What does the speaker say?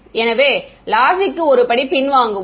எனவே லாசி க்கு ஒரு படி பின்வாங்குவோம்